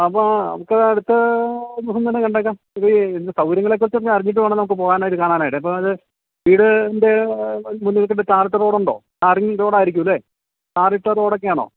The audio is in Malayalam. അപ്പോഴാ നമുക്കതടുത്ത ഒരു ദിവസം തന്നെ കണ്ടേക്കാം ഇത് ഇതിൻ്റെ സൗകര്യങ്ങളെക്കുറിച്ചൊക്കെ അറിഞ്ഞിട്ട് വേണം നമുക്കു പോകാനായിട്ട് കാണാനായിട്ട് അപ്പോള് അതു വീടിന്റെ മുന്നില്ത്തന്നെ ടാറിട്ട റോഡുണ്ടോ ടാറിങ് റോഡായിരിക്കുമല്ലേ ടാറിട്ട റോഡൊക്കെയാണോ